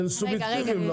הם סובייקטיביים.